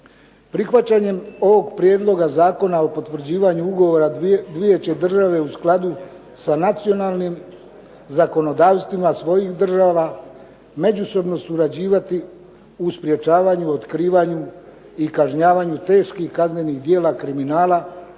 Prihvaćanjem ovog Prijedloga Zakona o potvrđivanju ugovora dvije će države u skladu sa nacionalnim zakonodavstvima svojih država međusobno surađivati u sprječavanju, otkrivanju i kažnjavanju teških kaznenih djela kriminala